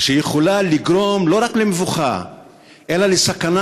שיכולה לגרום לא רק למבוכה אלא לסכנה